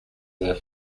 there